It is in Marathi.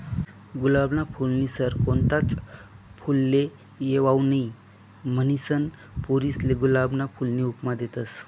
गुलाबना फूलनी सर कोणताच फुलले येवाऊ नहीं, म्हनीसन पोरीसले गुलाबना फूलनी उपमा देतस